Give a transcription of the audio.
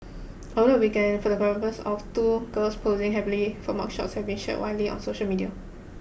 over the weekend photographs of two girls posing happily for mugshots have been shared widely on social media